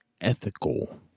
ethical